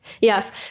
Yes